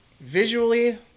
visually